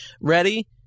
Ready